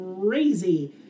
crazy